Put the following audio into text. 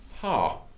Ha